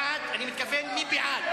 כשאני אומר מי בעד, אני מתכוון מי בעד.